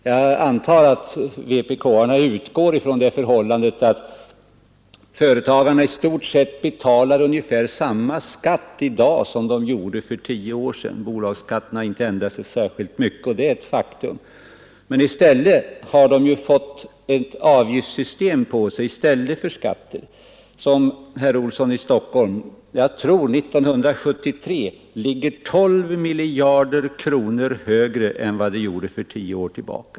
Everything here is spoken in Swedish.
Jag antar att vpk-arna utgår från att företagarna i stort sett betalar ungefär samma skatt i dag som de gjorde för tio år sedan. Bolagsskatten har inte ändrats särskilt mycket — det är ett faktum. Men i stället har de fått på sig ett avgiftsystem, vilket, herr Olsson, 1973 ligger 12 miljarder kronor högre än det gjorde för tio år sedan.